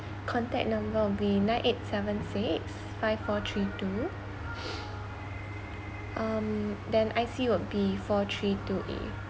contact number would be nine eight seven six five four three two um then I_C would be four three two A